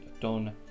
done